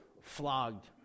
Flogged